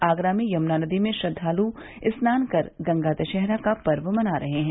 आगरा में यमुना नदी में श्रद्वालु स्नान कर गंगा दशहरा का पर्व मना रहे हैं